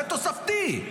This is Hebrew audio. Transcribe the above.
זה תוספתי.